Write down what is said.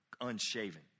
unshaven